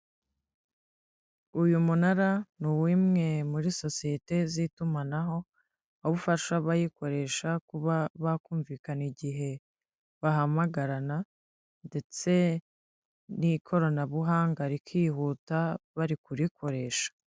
Uyu munara nuw'imwe muri sosiyete z'itumanaho, ufasha abayikoresha kuba bakumvikana igihe bahamagarana, ndetse n'ikoranabuhanga rikihuta bari kurikoresha.